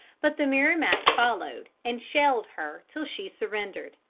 but the merrimac followed and shelled her till she surrendered.